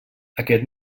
aquest